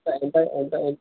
ఎంత ఎంత